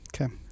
Okay